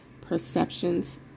perceptions